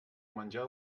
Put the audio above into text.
menjar